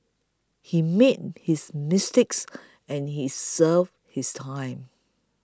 he made his mistakes and he served his time